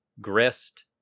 grist